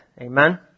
Amen